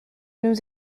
nous